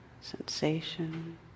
sensation